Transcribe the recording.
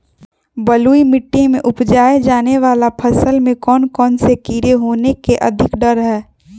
बलुई मिट्टी में उपजाय जाने वाली फसल में कौन कौन से कीड़े होने के अधिक डर हैं?